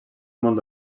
molt